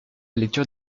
lecture